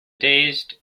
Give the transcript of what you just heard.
dazed